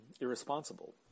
irresponsible